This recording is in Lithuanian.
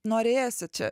norėsi čia